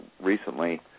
recently